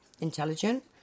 intelligent